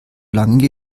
lange